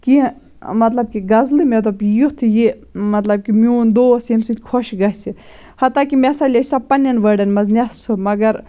کیٚنٛہہ مطلب کہِ غزلہٕ مےٚ دوٚپ یُتھ یہِ مطلب کہِ میون دوس ییٚمہِ سۭتۍ خۄش گژھِ ہَتا کہِ مےٚ ہَسا لیٚچھِ سۄ پَنٛنٮ۪ن وٲڑن منٛز نٮ۪صفہٕ مگر